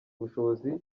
ubushobozi